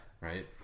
Right